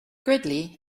gridley